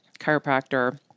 chiropractor